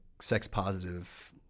sex-positive